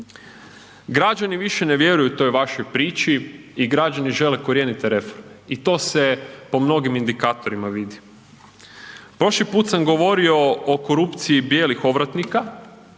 Građani više ne vjeruju toj vašoj priči i građani žele korijenite reforme i to se po mnogim indikatorima vidi. Prošli put sam govorio o korupciji bijelih ovratnika,